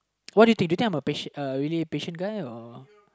what do you think do you think I'm a patient uh really patient guy or